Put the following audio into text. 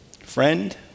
friend